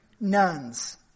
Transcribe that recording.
nuns